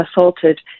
assaulted